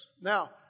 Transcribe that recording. Now